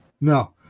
No